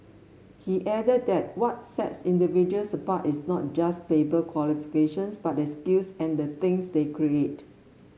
he added that what sets individuals apart is not just paper qualifications but their skills and the things they create